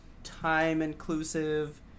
time-inclusive